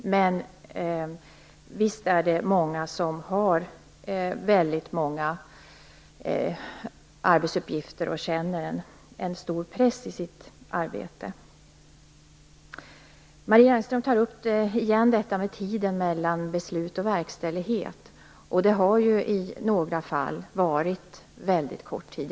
Visst är det många som har väldigt många arbetsuppgifter och känner en stor press i sitt arbete. Marie Engström tar återigen upp detta med tiden mellan beslut och verkställighet. Det har i några fall varit väldigt kort tid.